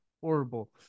horrible